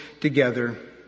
together